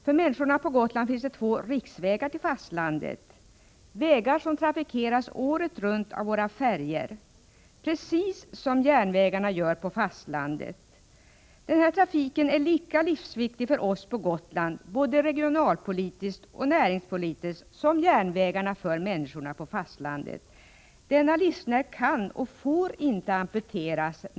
För människorna på Gotland finns det två ”riksvägar” till fastlandet, ”vägar” som trafikeras året runt av våra färjor precis som järnvägarna på fastlandet. Denna trafik är lika livsviktig för oss på Gotland både regionalpolitiskt och näringspolitiskt som järnvägstrafiken är för människorna på fastlandet. Denna livsnerv kan och får inte amputeras.